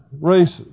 races